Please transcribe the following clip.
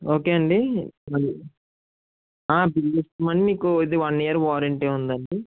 okay అండి మీకు one year warranty ఉందండి